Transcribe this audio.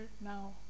now